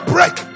Break